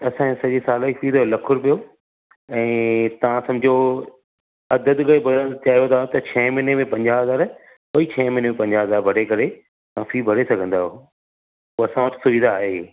असांजे सॼे साल जी फ़ीस आहे लखु रुपयो ऐं तव्हां सम्झो अधु अधु करे भरणु चाहियो था त छहें महिने में पंजाहु हज़ार वरी छहिं महिने में पंजाहु हज़ार भरे करे तव्हां फ़ी भरे सघंदा आहियो असां वटि सुविधा आहे इहा